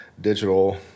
digital